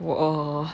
我